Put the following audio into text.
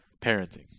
parenting